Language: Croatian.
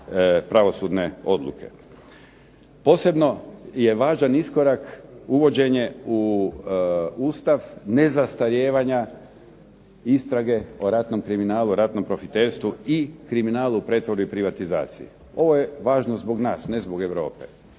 pravosudne odluke. Posebno je važan iskorak uvođenje u Ustav nezastarijevanja istrage o ratnom kriminalu, ratnom profiterstvu, i kriminalu pretvorbe i privatizacije. Ovo je važno zbog nas, ne zbog Europe.